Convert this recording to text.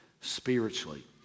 spiritually